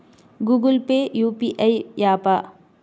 Google Pay UPI య్యాపా?